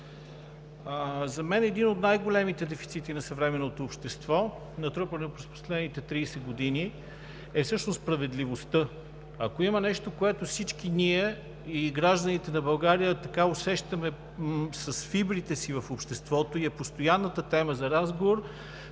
За мен един от най-големите дефицити на съвременното общество, натрупано през последните 30 години, е всъщност справедливостта. Ако има нещо, което всички ние – и гражданите на България, усещаме с фибрите си в обществото и е постоянна тема на разговор,